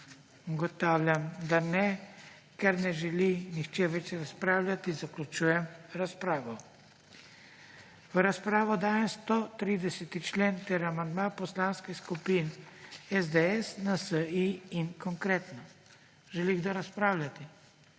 Ugotavljam, da ne. Ker ne želi nihče več razpravljati, zaključujem razpravo. V razpravo dajem 183. člen ter amandma Poslanske skupine Levica. Želi kdo razpravljati?